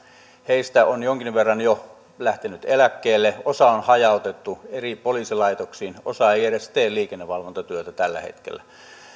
heistä on jonkin verran jo lähtenyt eläkkeelle osa on on hajautettu eri poliisilaitoksiin osa ei edes tee liikennevalvontatyötä tällä hetkellä